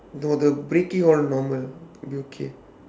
no the braking all normal will be okay